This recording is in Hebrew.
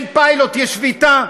אין פיילוט, יש שביתה.